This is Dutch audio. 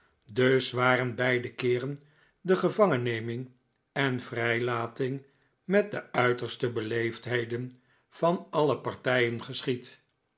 dus waren beide keeren de gevangenneming en vrijlating met de uiterste beleefdheden van alle partijen